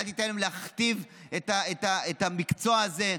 אל תיתן להם להכתיב את המקצוע הזה.